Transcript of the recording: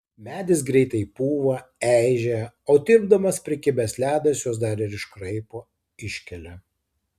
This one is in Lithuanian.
medis greitai pūva eižėja o tirpdamas prikibęs ledas juos dar ir iškraipo iškelia